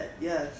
Yes